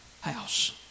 house